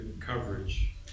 coverage